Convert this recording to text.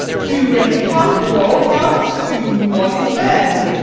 to any count to all counts to what is man.